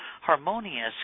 harmonious